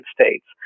States